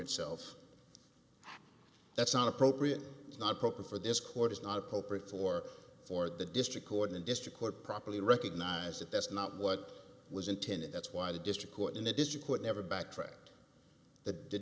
itself that's not appropriate not proper for this court is not appropriate for for the district court and district court properly recognize that that's not what was intended that's why the district court in the district court never backtracked the